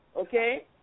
Okay